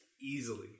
easily